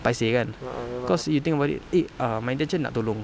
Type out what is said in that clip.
paiseh kan because if you think about it eh ah memandai jer nak tolong